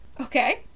Okay